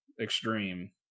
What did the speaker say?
extreme